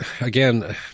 again